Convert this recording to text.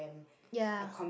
ya